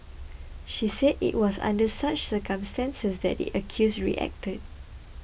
she said it was under such circumstances that the accused reacted